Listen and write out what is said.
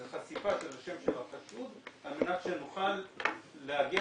זה חשיפה של השם של החשוד על מנת שנוכל להגיע